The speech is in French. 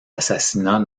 assassinat